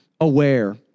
aware